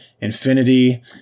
Infinity